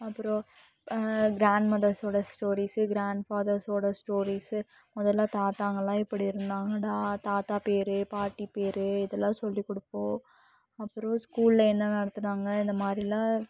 அப்புறம் கிராண்ட்மதர்ஸோட ஸ்டோரிஸ்ஸு கிராண்டஃபாதர்ஸோட ஸ்டோரிஸ்ஸு முதலில் தாத்தாங்கள்லாம் இப்படி இருந்தாங்கடா தாத்தா பேர் பாட்டி பேர் இதெல்லாம் சொல்லி கொடுப்போம் அப்புறம் ஸ்கூலில் என்ன நடத்தினாங்க இந்த மாதிரில்லான்